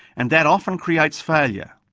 and that often creates failure.